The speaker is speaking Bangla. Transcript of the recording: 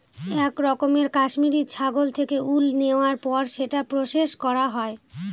এক রকমের কাশ্মিরী ছাগল থেকে উল নেওয়ার পর সেটা প্রসেস করা হয়